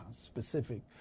specific